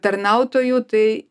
tarnautojų tai